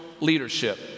leadership